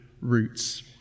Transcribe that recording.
roots